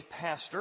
pastor